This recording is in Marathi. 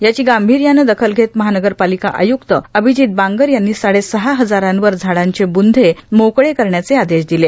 याची गांभीर्याने दखल घेत महानगर पालिका आयुक्त अभिजित बांगर यांनी साडेसहा हजारांवर झाडांचे बुंधे मोकळे करण्याचे आदेश दिले